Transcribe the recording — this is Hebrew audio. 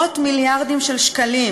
מאות מיליארדים של שקלים